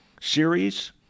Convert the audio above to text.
series